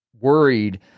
worried